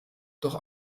doch